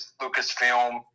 Lucasfilm